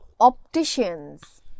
Opticians